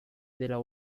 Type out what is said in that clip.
della